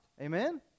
Amen